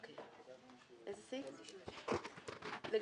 אין צורך בשלוש קריאות ובתיקון חקיקה ראשית אלא